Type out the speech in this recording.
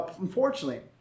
unfortunately